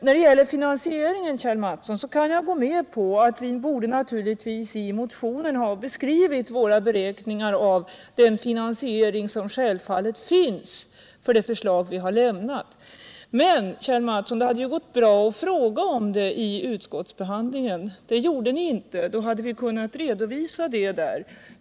När det gäller finansieringen, Kjell Mattsson, kan jag gå med på att vi borde naturligtvis i motionen ha beskrivit de beräkningar vi givit av den finansiering som självfallet finns för det förslag vi har lämnat. Men, Kjell Mattsson, det hade ju gått bra att fråga om dem under utskottsbehandlingen — det gjorde ni inte. Då hade vi kunnat redovisa dem där.